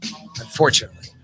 unfortunately